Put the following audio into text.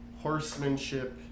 horsemanship